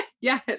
Yes